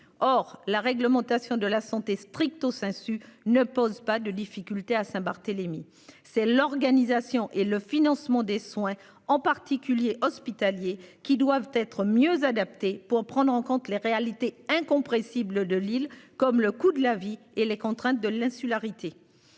Or la réglementation de la santé stricto sensu ne pose pas de difficulté à Saint-Barthélemy c'est l'organisation et le financement des soins. En particulier hospitaliers qui doivent être mieux adaptées, pour prendre en compte les réalités incompressible de Lille comme le coût de la vie et les contraintes de l'insularité.